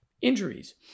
injuries